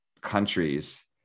countries